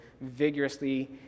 vigorously